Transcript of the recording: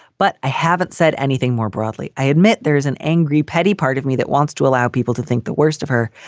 but i haven't said anything more broadly. i admit there is an angry, petty part of me that wants to allow people to think the worst of her,